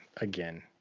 again